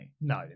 No